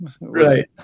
right